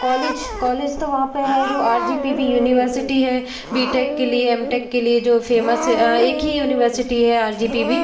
college college तो वहाँ पे है जो आरजीपीवी यूनिवर्सिटी है बी टेक के लिए एम टेक के लिए जो फ़ेमस एक हे यूनिवर्सिटी है आरजीपीवी